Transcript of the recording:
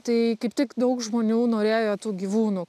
tai kaip tik daug žmonių norėjo tų gyvūnų